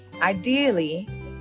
ideally